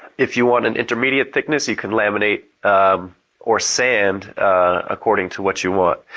if you want an intermediate thickness you could laminate or sand according to what you want.